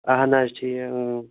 اَہَن حظ ٹھیٖک